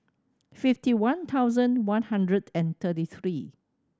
fifty one thousand one hundred and thirty three